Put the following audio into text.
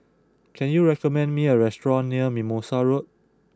can you recommend me a restaurant near Mimosa Road